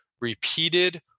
repeated